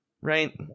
right